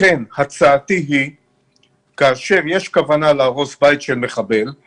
לכן הצעתי היא שכאשר יש כוונה להרוס בית של מחבל אז